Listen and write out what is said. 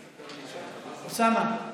חבר הכנסת משה ארבל?